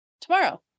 tomorrow